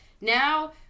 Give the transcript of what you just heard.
now